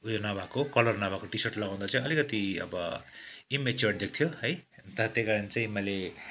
उयो नभएको कल्लर नभएको टिसर्ट लगाउँदा चाहिँ अलिकति अब इमेच्योर्ड देख्थ्यो है अन्त त्यही कारण चाहिँ मैले